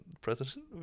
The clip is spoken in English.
president